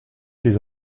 les